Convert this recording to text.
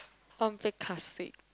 who want play classic